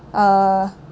uh